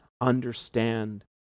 understand